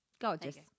Gorgeous